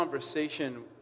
Conversation